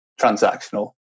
transactional